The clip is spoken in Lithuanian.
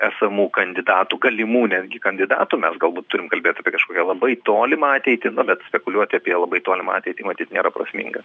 esamų kandidatų galimų netgi kandidatų mes galbūt turim kalbėt apie kažkokią labai tolimą ateitį na bet spekuliuot apie labai tolimą ateitį tai nėra prasminga